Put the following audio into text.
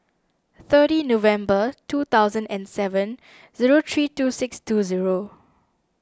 thirty November two thousand and seven zero three two six two zero